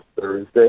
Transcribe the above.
Thursday